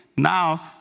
Now